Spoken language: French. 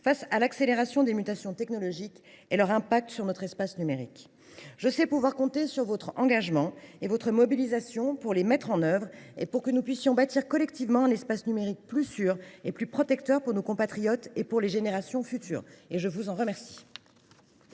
face à l’accélération des mutations technologiques, face à l’impact de ces dernières sur notre espace numérique. Je sais pouvoir compter sur votre engagement et sur votre mobilisation pour mettre en œuvre ces réponses. Nous devons bâtir collectivement un espace numérique plus sûr et plus protecteur pour nos compatriotes et pour les générations futures ! Nous passons